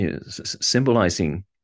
symbolizing